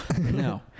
No